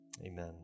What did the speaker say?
amen